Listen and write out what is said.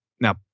Now